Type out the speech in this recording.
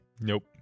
Nope